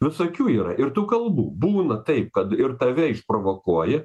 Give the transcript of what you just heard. visokių yra ir tų kalbų būna taip kad ir tave išprovokuoja